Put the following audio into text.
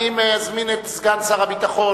אני מזמין את סגן שר הביטחון,